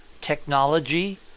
technology